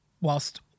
whilst